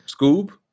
Scoob